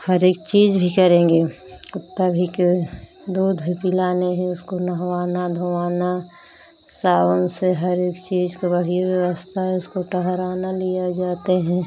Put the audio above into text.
हर एक चीज़ भी करेंगे कुत्ते भी का दूध भी पिलाने है उसको नहवाना धुवाना सावन से हर एक चीज़ का बढ़िया व्यवस्था है उसको टहराना लियाइ जाते हैं